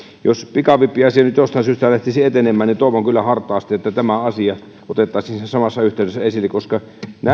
jos pikavippiasia nyt jostain syystä lähtisi etenemään niin toivon kyllä hartaasti että tämä asia otettaisiin siinä samassa yhteydessä esille koska